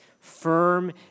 firm